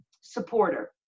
supporter